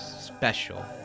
special